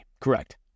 Correct